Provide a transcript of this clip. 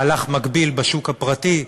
מהלך מקביל בשוק הפרטי.